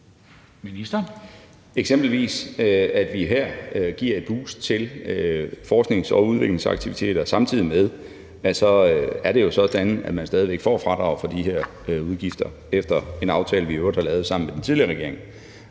er det sådan, at vi her giver et boost til forsknings- og udviklingsaktiviteter, og samtidig med det er det jo sådan, at man stadig væk får fradrag for de her udgifter efter en aftale, vi i øvrigt har lavet sammen med den tidligere regering.